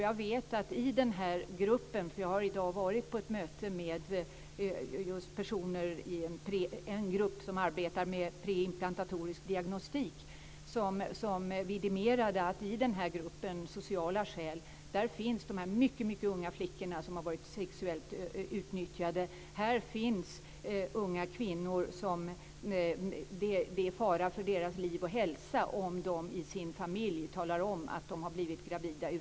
Jag har i dag varit på ett möte med en grupp som arbetar med preimplantatorisk diagnostik, och i den gruppen vidimerade man att till kategorin sociala skäl förs fall av mycket unga flickor som har varit sexuellt utnyttjade liksom ogifta unga kvinnor för vilka det är fara för liv och hälsa, om de i sin familj talar om att de har blivit gravida.